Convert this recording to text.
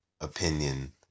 opinion